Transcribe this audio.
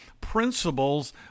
principles